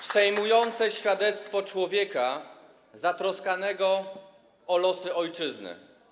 Przejmujące świadectwo człowieka zatroskanego o losy ojczyzny.